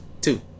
Two